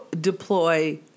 deploy